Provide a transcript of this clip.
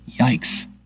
Yikes